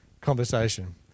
conversation